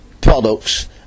products